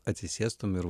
atsisėstum ir